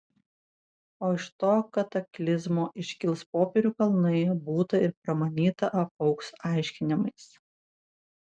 o iš to kataklizmo iškils popierių kalnai būta ir pramanyta apaugs aiškinimais